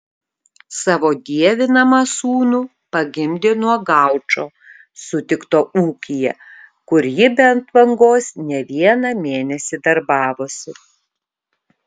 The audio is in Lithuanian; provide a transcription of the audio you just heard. savo dievinamą sūnų pagimdė nuo gaučo sutikto ūkyje kur ji be atvangos ne vieną mėnesį darbavosi